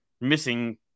missing